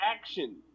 action